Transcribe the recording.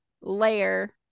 layer